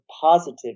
positive